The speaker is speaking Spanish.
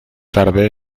tarde